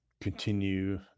continue